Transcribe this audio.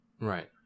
Right